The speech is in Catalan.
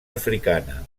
africana